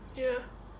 ya